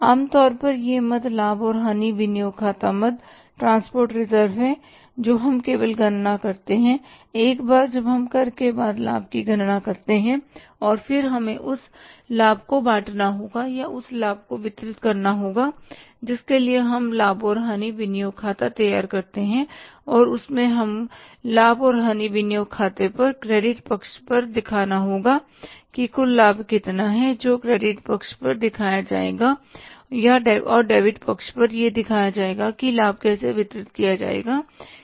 आम तौर पर यह मद लाभ और हानि विनियोग खाता मद ट्रांसपोर्ट रिजर्व है जो हम केवल गणना करते हैं एक बार जब हम कर के बाद लाभ की गणना करते हैं और फिर हमें उस लाभ को बाँटना होगा या उस लाभ को वितरित करना होगा जिसके लिए हम लाभ और हानि विनियोग खाता तैयार करते हैं और उसमें हम को लाभ और हानि विनियोग खाते पर क्रेडिट पक्ष पर दिखाना होगा कि कुल लाभ कितना है जो क्रेडिट पक्ष पर दिखाया जाएगा और डेबिट पक्ष पर यह दिखाएगा कि लाभ कैसे वितरित किया जाएगा